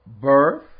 birth